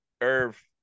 Irv